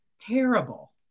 terrible